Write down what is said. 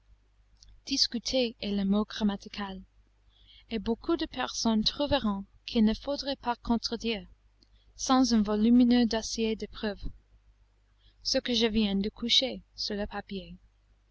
discuter est le mot grammatical et beaucoup de personnes trouveront qu'il ne faudrait pas contredire sans un volumineux dossier de preuves ce que je viens de coucher sur le papier